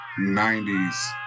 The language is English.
90s